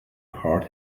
hard